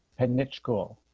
had niche. cool.